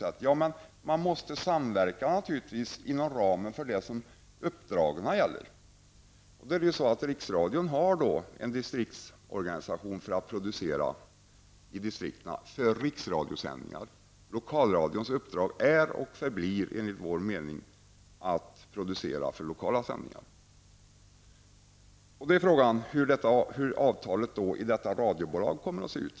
Men samverkan måste ju ske inom ramen för det som uppdragen gäller. Riksradion har en distriktsorganisation för att i distrikten producera för riksradiosändningar. Enligt vår mening är och förblir lokalradions uppdrag att producera för lokala sändningar. Frågan är hur avtalet för detta radiobolag kommer att se ut.